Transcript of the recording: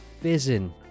fizzing